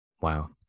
Wow